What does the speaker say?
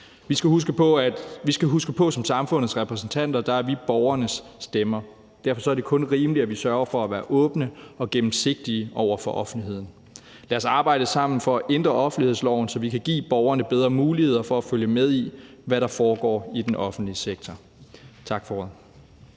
Vi skal huske på, at vi som samfundets repræsentanter er borgernes stemmer. Derfor er det kun rimeligt, at vi sørger for at være åbne og gennemsigtige over for offentligheden. Lad os arbejde sammen for at ændre offentlighedsloven, så vi kan give borgerne bedre muligheder for at følge med i, hvad der foregår i den offentlige sektor. Tak for ordet.